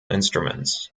instruments